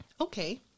okay